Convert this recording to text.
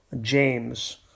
James